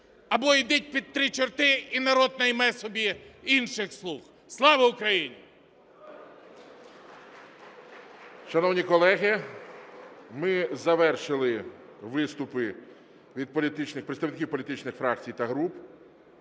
або ідіть під три чорти і народ найме собі інших слуг. Слава Україні! ГОЛОВУЮЧИЙ. Шановні колеги, ми завершили виступи від представників політичних фракцій та груп.